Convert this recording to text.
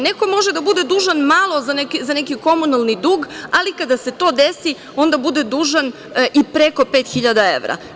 Neko može da bude dužan malo za neki komunalni dug, ali kada se to desi onda bude dužan i preko 5.000 evra.